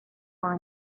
for